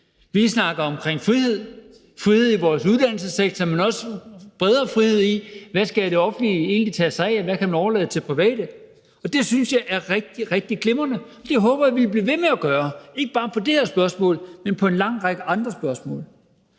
Vi snakker om frihed, frihed i vores uddannelsessektor, men også frihed i bredere forstand. Hvad skal det offentlige egentlig tage sig af, og hvad kan man overlade til private? Og det synes jeg er rigtig glimrende, og det håber jeg vi vil blive ved med at gøre – ikke bare i det her spørgsmål, men i en lang række andre spørgsmål.